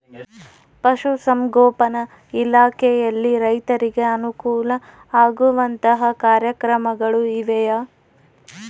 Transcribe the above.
ಪಶುಸಂಗೋಪನಾ ಇಲಾಖೆಯಲ್ಲಿ ರೈತರಿಗೆ ಅನುಕೂಲ ಆಗುವಂತಹ ಕಾರ್ಯಕ್ರಮಗಳು ಇವೆಯಾ?